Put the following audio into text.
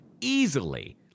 easily